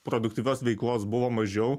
produktyvios veiklos buvo mažiau